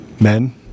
men